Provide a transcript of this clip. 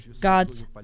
God's